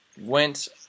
went